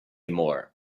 more